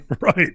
right